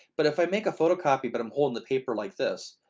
but if i make a photocopy, but i'm holding the paper like this,